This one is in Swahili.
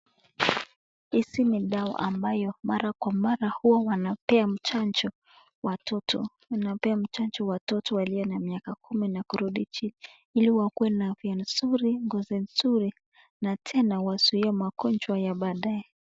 Hizi ni dawa ambayo mara kwa mara huwa wanapea mchanjo watoto. Wanapea watoto mchanjo walio na miaka kumi na kurudi chini ili wakue na afya nzuri, ngozi nzuri na tena wazuie magonjwa ya baadae.